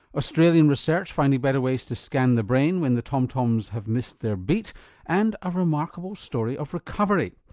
australian research finding better ways to scan the brain when the tom-toms have missed their beat and a remarkable story of recovery.